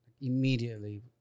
immediately